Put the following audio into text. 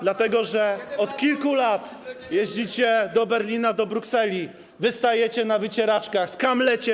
Dlatego że od kilku lat jeździcie do Berlina, do Brukseli, wystajecie na wycieraczkach, skamlecie.